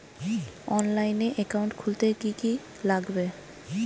অনলাইনে একাউন্ট খুলতে কি কি লাগবে?